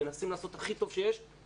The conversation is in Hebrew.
מנסים לעשות הכי טוב שיש,